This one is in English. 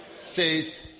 says